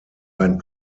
ein